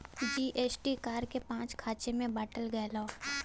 GST कर के पाँच खाँचे मे बाँटल गएल हौ